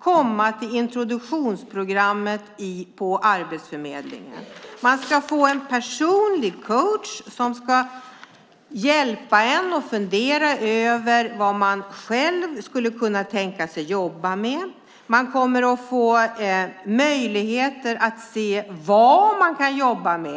komma till introduktionsprogrammet på Arbetsförmedlingen. Man ska få en personlig coach som ska hjälpa till att fundera ut vad man själv kan tänka sig att jobba med. Man kommer att få möjligheter att se vad man kan jobba med.